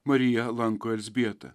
marija lanko elzbietą